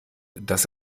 dass